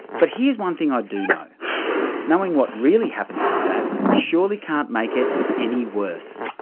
but here's one thing i do know knowing what really happens to fat surely can't make it any worse!